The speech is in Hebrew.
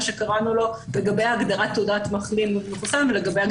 מה שקראנו לו לגבי ההגדרת תעודת מחלים ומחוסן.